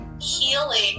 healing